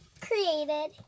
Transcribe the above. created